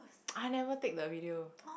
I never take the video